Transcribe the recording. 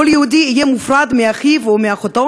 כל יהודי יהיה מופרד מאחיו או מאחותו